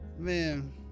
Man